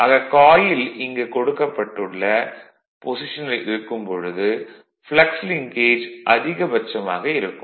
ஆக காயில் இங்கு காட்டப்பட்டுள்ள பொஷிசனில் இருக்கும்போது ப்ளக்ஸ் லிங்க்கேஜ் அதிகபட்சமாக இருக்கும்